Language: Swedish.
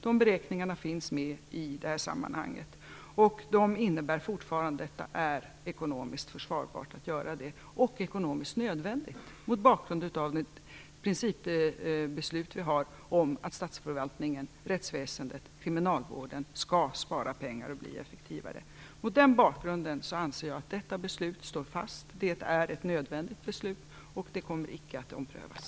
Dessa beräkningar finns med i detta sammanhang, och de innebär fortfarande att det är ekonomiskt försvarbart och ekonomiskt nödvändigt att göra det mot bakgrund av det principbeslut som vi har om att statsförvaltningen, rättsväsendet och kriminalvården skall spara pengar och bli effektivare. Mot den bakgrunden anser jag att detta beslut står fast. Det är ett nödvändigt beslut, och det kommer inte att omprövas.